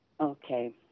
Okay